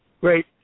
Great